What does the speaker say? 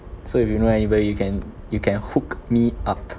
so if you know anybody you can you can hook me up